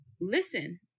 listen